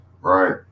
right